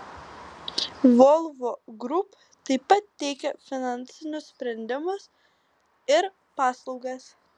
volvo group taip pat teikia finansinius sprendimus ir paslaugas